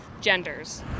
genders